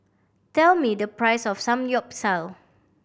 tell me the price of Samgyeopsal